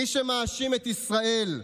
מי שמאשים את ישראל,